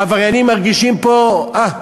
העבריינים מרגישים פה, אה,